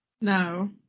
No